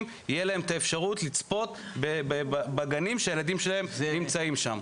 תהיה אפשרות לצפות בגנים שהילדים שלהם נמצאים שם.